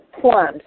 plums